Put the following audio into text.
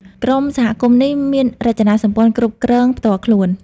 ក្រុមសហគមន៍នេះមានរចនាសម្ព័ន្ធគ្រប់គ្រងផ្ទាល់ខ្លួន។